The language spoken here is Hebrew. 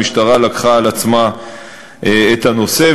המשטרה לקחה על עצמה את הנושא,